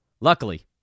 Luckily